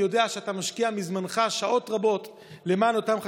אני יודע שאתה משקיע מזמנך שעות רבות למען אותם חקלאים.